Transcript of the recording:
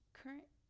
current